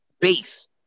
base